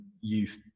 youth